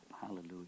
Hallelujah